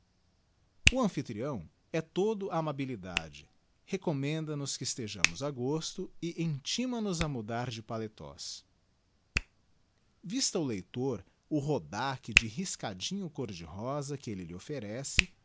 o amphytrião é todo amabilidade recommenda nos que estejamos a gosto e intima nos a mudar de paletots vista o leitor o rodaque de riscadinho côr de rosa que elle lhe offerece